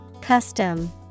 Custom